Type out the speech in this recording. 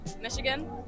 Michigan